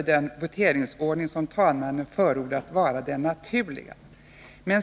den voteringsordning som talmannen föreslog enligt praxis skulle vara den naturliga.